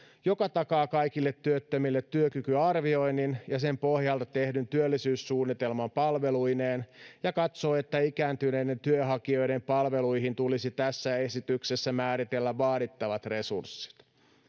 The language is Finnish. joka takaa kaikille työttömille työkykyarvioinnin ja sen pohjalta tehdyn työllisyyssuunnitelman palveluineen ja katsoo että ikääntyneiden työnhakijoiden palveluihin tulisi tässä esityksessä määritellä vaadittavat resurssit